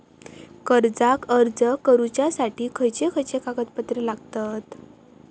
कर्जाक अर्ज करुच्यासाठी खयचे खयचे कागदपत्र लागतत